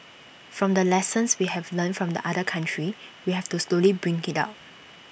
from the lessons we have learnt from the other countries we have to slowly bring IT up